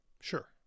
sure